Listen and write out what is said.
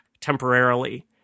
temporarily